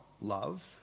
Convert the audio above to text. love